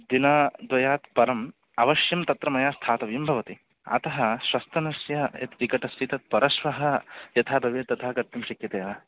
दिनाद्वयात् परम् अवश्यं तत्र मया स्थातव्यं भवति अतः श्वस्तनस्य यत् टिकट् अस्ति तत् परश्वः यथा भवेत् तथा कर्तुं शक्यते वा